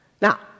Now